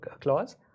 clause